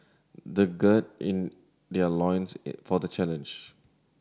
they gird their loins for the challenge